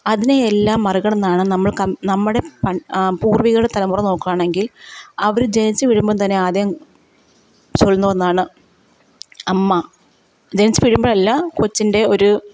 അതിനെ എല്ലാം മറികടന്നാണ് നമ്മൾ കം നമ്മുടെ പ പൂർവ്വീകരുടെ തലമുറ നോക്കുവാണെങ്കിൽ അവർ ജനിച്ച് വീഴുമ്പം തന്നെ ആദ്യം ചൊല്ലുന്ന ഒന്നാണ് അമ്മ ജനിച്ച് വീഴുമ്പോഴല്ല കൊച്ചിൻ്റെ ഒരു